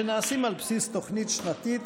שנעשים על בסיס תוכנית שנתית